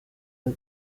emu